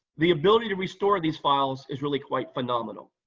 the ability to restore these files is really quite phenomenal.